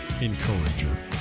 encourager